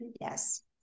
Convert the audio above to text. Yes